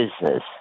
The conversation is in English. business